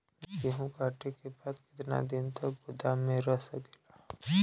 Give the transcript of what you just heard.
गेहूँ कांटे के बाद कितना दिन तक गोदाम में रह सकेला?